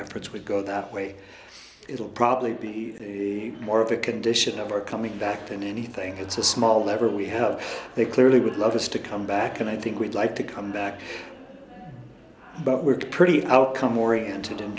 efforts would go that way it'll probably be more of a condition of our coming back to anything it's a small lever we have they clearly would love us to come back and i think we'd like to come back but we're pretty outcome oriented in